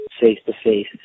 face-to-face